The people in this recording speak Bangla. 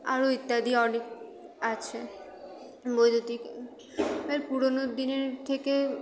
আরো ইত্যাদি অনেক আছে বৈদ্যুতিক এর পুরোনো দিনের থেকে